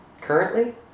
Currently